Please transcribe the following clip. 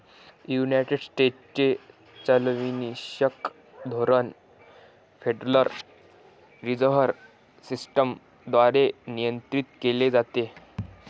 United स्टेट्सचे चलनविषयक धोरण फेडरल रिझर्व्ह सिस्टम द्वारे नियंत्रित केले जाते